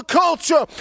culture